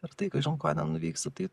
ir tai kažin ko nenuveiksi tai